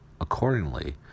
Accordingly